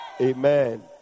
Amen